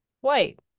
white